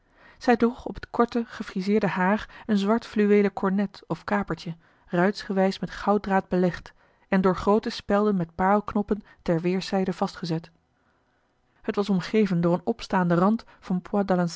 zij droeg op het korte gefriseerde haar een zwart fluweelen kornet of kapertje ruitsgewijze met gouddraad belegd en door groote spelden met paarlknoppen ter weêrszijde vastgezet het was omgeven door een opstaanden rand van